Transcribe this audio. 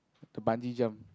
the bungee jump